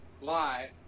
lie